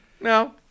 No